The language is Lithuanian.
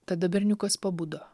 tada berniukas pabudo